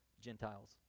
Gentiles